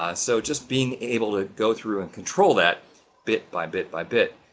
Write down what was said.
ah so just being able to go through and control that bit, by bit, by bit.